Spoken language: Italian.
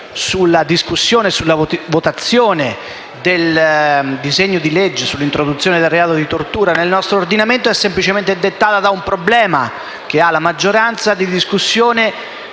sulla discussione e sulla votazione del disegno di legge sull'introduzione del delitto di tortura nel nostro ordinamento è semplicemente dettato da un problema che ha la maggioranza di discussione